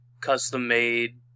custom-made